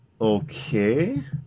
Okay